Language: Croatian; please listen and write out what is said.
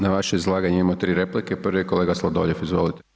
Na vaše izlaganje imamo 3 replike, prvi je kolega Sladoljev, izvolite.